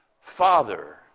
Father